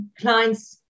clients